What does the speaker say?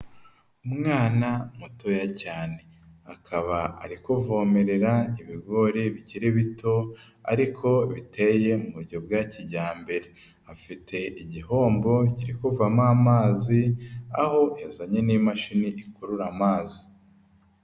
Umwana mutoya cyane, akaba ari kuvomerera ibigori bikiri bito ariko biteye mu gihugu bwa kijyambere, afite igihombo ki kuvomo amazi aho yazanye n'imashini ikurura amazi.